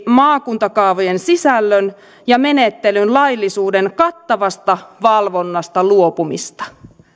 maakuntakaavojen sisällön ja menettelyn laillisuuden kattavasta valvonnasta luopumista